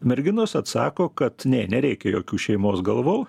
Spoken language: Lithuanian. merginos atsako kad ne nereikia jokių šeimos galvos